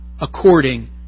according